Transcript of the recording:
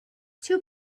two